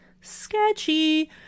sketchy